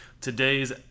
today's